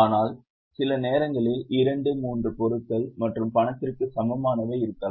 ஆனால் சில நேரங்களில் இரண்டு மூன்று பொருட்கள் மற்றும் பணத்திற்கு சமமானவை இருக்கலாம்